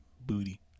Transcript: Booty